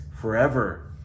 forever